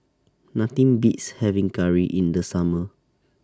Nothing Beats having Curry in The Summer